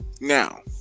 Now